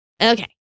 Okay